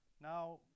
Now